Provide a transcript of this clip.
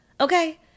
Okay